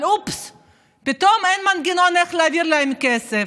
אבל אופס, פתאום אין מנגנון איך להעביר להם כסף,